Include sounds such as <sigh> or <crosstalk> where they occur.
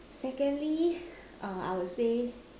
secondly <breath> err I would say